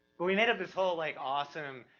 but we made up this whole like awesome,